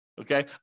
Okay